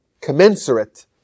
commensurate